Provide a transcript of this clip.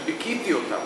שביכיתי אותה,